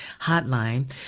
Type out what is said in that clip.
Hotline